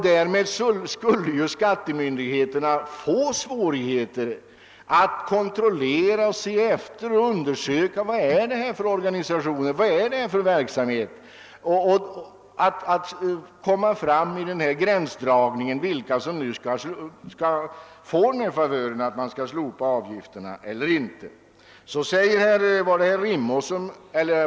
Därmed skulle skattemyndigheterna få svårigheter att kontrollera och undersöka vilken organisation och vilken verksamhet det var fråga om. De måste också komma fram till en gränsdragning mellan vilka som nu skulle få favören att bli befriade från arbetsgivaravgift och vilka som inte skulle bli befriade.